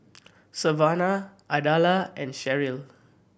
Savanna Ardella and Sheryl